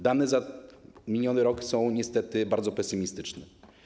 Dane za miniony rok są niestety bardzo pesymistyczne.